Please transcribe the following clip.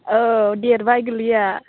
औ देरबाय गोरलैया